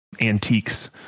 antiques